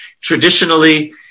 traditionally